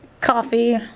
Coffee